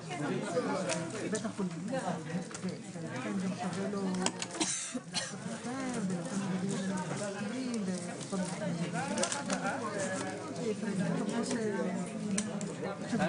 14:03.